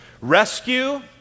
Rescue